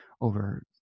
over